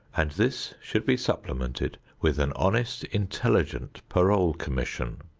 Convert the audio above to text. and this should be supplemented with an honest, intelligent parole commission,